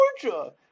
Georgia